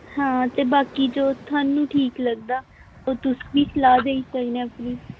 हां ते बाकी जो थुआनूं ठीक लगदा ओह् तुस बी सलाह् देई सकने अपनी